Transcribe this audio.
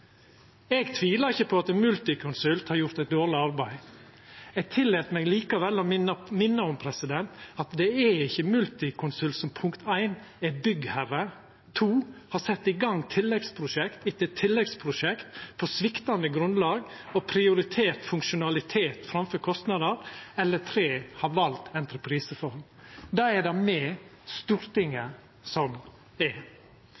Eg tvilar ikkje på at Multiconsult har gjort eit dårleg arbeid. Eg tillèt meg likevel å minna om at det er ikkje Multiconsult som, punkt 1, er byggherre, som, punkt 2, har sett i gang tilleggsprosjekt etter tilleggsprosjekt på sviktande grunnlag og har prioritert funksjonalitet framfor kostnader, eller som, punkt 3, har valt entrepriseform. Det er me, Stortinget. Det er